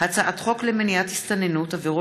הצעת חוק התוכנית להבראת